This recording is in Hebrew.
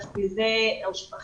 קודם לשנות את התפיסה כלפי